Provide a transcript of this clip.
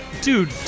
dude